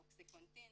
אוקסיקונטין,